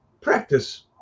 practice